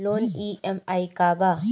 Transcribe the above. Loan EMI का बा?